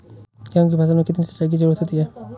गेहूँ की फसल में कितनी सिंचाई की जरूरत होती है?